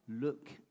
look